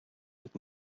with